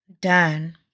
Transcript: Done